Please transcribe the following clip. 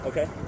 Okay